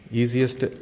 easiest